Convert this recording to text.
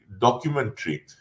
documentary